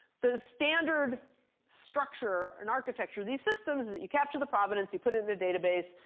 the standard structure, and architecture, these systems that you capture the provenance, you put in the database,